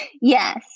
Yes